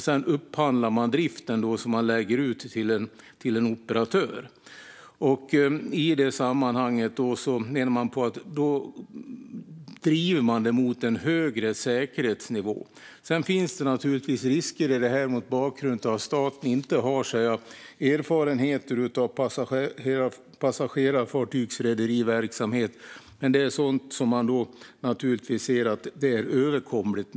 Sedan upphandlar man driften som läggs ut på en operatör. Man menar att det hela i så fall drivs mot en högre säkerhetsnivå. Det finns naturligtvis risker med det mot bakgrund av att staten inte har erfarenheter av rederiverksamhet med passagerarfartyg, men man ser det som överkomligt.